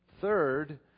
Third